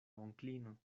onklino